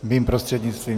Mým prostřednictvím.